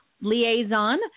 liaison